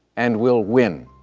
and we'll win.